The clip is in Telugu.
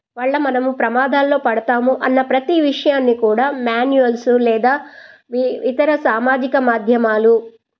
వల్ల మనము ప్రమాదాల్లో పడతాము అన్న ప్రతీ విషయాన్ని కూడా మ్యాన్యువల్సు లేదా వీ ఇతర సామాజిక మాధ్యమాలు